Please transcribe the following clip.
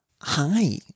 Hi